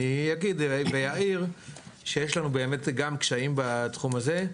אני אגיד ואעיר שיש לנו באמת גם קשיי בתחום הזה.